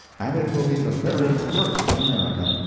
and it will be the very first in america.